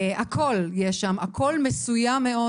הכול יש שם, הכול מסוים מאוד.